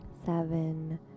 seven